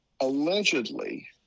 allegedly